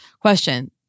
Question